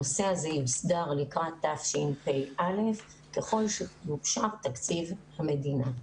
הנושא הזה יוסדר לקראת תשפ"א ככל שיאושר תקציב המדינה.